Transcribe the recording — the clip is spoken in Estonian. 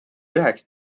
üheks